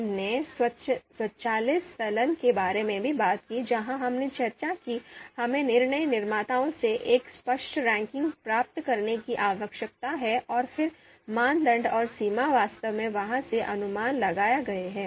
हमने स्वचालित स्खलन के बारे में बात की जहां हमने चर्चा की कि हमें निर्णय निर्माताओं से एक स्पष्ट रैंकिंग प्राप्त करने की आवश्यकता है और फिर मानदंड और सीमा वास्तव में वहां से अनुमान लगाए गए हैं